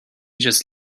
just